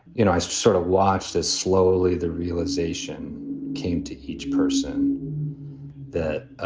you know, i sort of watched this slowly. the realization came to each person that,